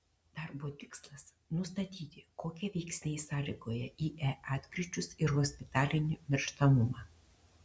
darbo tikslas nustatyti kokie veiksniai sąlygoja ie atkryčius ir hospitalinį mirštamumą